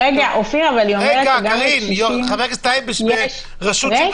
רגע, אופיר, אבל היא אומרת שגם